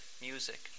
music